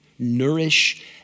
nourish